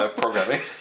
programming